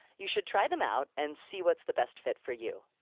you should try them out and see what's the best fit for you.